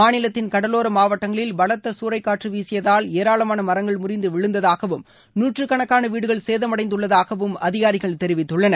மாநிலத்தின் கடவோர மாவட்டங்களில் பலத்த சூறைக்காற்று வீசியதால் ஏராளமான மரங்கள் முறிந்து விழுந்ததாகவும் நூற்றுக்கணக்கான வீடுகள் சேதமடைந்துள்ளதாகவும் அதிகாரிகள் தெரிவித்துள்ளனர்